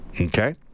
Okay